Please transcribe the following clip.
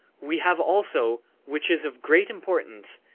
we have also, which is of great importance,